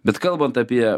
bet kalbant apie